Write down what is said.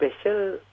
special